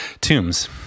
tombs